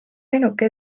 ainuke